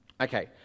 okay